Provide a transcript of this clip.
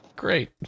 Great